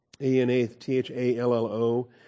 A-N-A-T-H-A-L-L-O